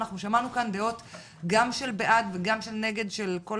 שמענו כאן דעות גם של בעד וגם של נגד בכל